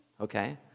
Okay